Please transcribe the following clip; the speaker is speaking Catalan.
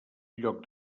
lloc